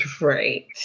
right